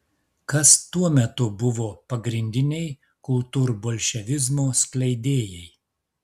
kas tuo metu buvo pagrindiniai kultūrbolševizmo skleidėjai